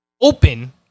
open